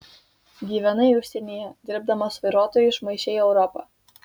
gyvenai užsienyje dirbdamas vairuotoju išmaišei europą